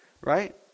Right